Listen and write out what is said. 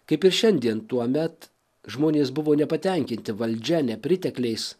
kaip ir šiandien tuomet žmonės buvo nepatenkinti valdžia nepritekliais